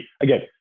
again